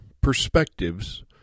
perspectives